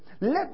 Let